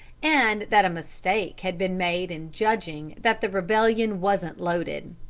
and that a mistake had been made in judging that the rebellion wasn't loaded.